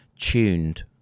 tuned